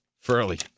Furley